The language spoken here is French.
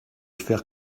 faire